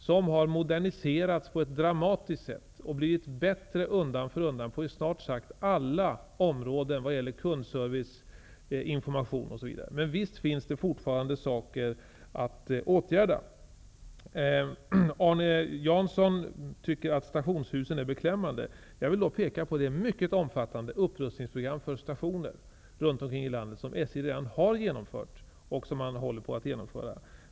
Det har moderniserats på ett dramatiskt sätt och blivit bättre undan för undan på snart sagt alla områden vad gäller kundservice, information osv. Visst finns det fortfarande saker att åtgärda. Arne Jansson tycker att stationshusen är beklämmande. Jag vill då peka på det mycket omfattande upprustningsprogram för stationer runt omkring i landet som SJ har genomfört och fortfarande håller på att genomföra.